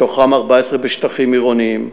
מתוכן 14 בשטחים עירוניים.